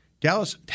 Dallas